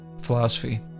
philosophy